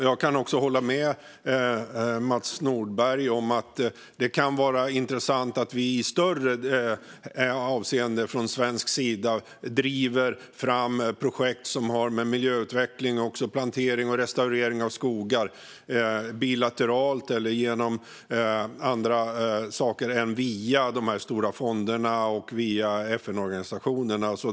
Fru talman! Jag kan hålla med Mats Nordberg om att det kan vara intressant att vi i större omfattning från Sveriges sida driver fram projekt som har att göra med miljöutveckling och plantering och restaurering av skogar bilateralt eller på andra sätt än via de stora fonderna och FN-organisationerna.